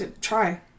Try